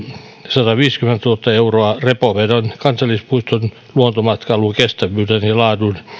sataviisikymmentätuhatta euroa repoveden kansallispuiston luontomatkailun kestävyyden ja laadun